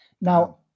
Now